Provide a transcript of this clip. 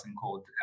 called